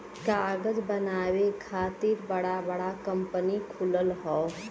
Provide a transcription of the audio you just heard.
कागज बनावे खातिर बड़ा बड़ा कंपनी खुलल हौ